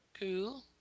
Cool